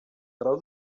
grau